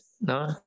no